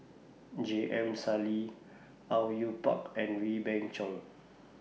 J M Sali Au Yue Pak and Wee Beng Chong